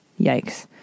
yikes